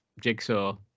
Jigsaw